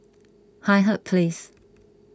Hindhede Place